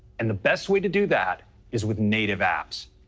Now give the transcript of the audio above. and the best way to do that is with native apps.